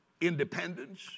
independence